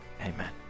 Amen